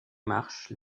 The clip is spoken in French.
marsh